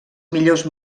millors